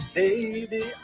baby